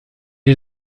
est